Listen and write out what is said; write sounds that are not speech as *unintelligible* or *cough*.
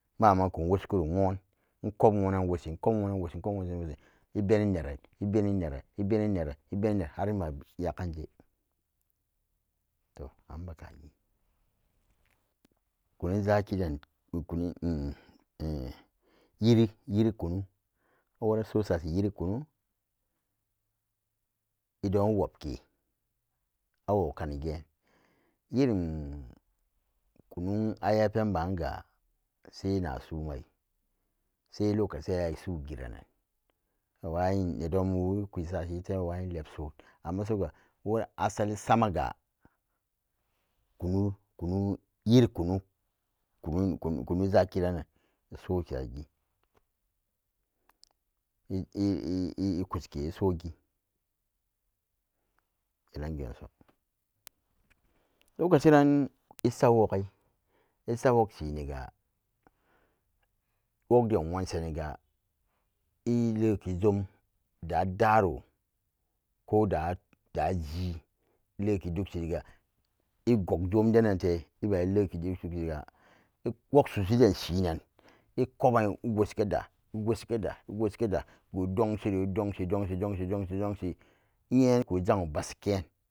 Mama inkun woshikuro nwon inkop nwonan inwoshi, inkop nwonan inwoshi, inkop nwonan inwoshi i'beni neran, i'beni neran, i'beni neran, i'beni neran harma yagan je toh an bekagi kunun zaki den *hesitation* yiri-yiri kunu wora sosa shi yirikunu idon wobke awokani geen yirim kunun-aya penbaga sai na sumai sai lokaci'an ayi sugira'nan *unintelligible* nedonbu i'kushi ashi te mawayin lebson amma soga wora asalin samaga kunu-kunu yiri kunu, kunun zakiran-nan isokegi i'sogi tenan geenso lokaciran isak wog'ai isak wogshiniga wogden wonsheniga i'leki-jom da-daro kodaji i'leki dugshiriga i'gog som denate iba-i'leki dugshiriga woksusu den shin-nan i'kwaban iwoshi kada, iwoshi-kada, iwoshi-kada iku dongshiro i'dongshi, dongshi, dongshi, dongshi, dongshi nye-ikujango bashiken.